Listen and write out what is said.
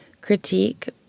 critique